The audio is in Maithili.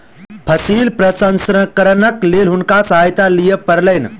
फसिल प्रसंस्करणक लेल हुनका सहायता लिअ पड़लैन